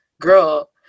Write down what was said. girl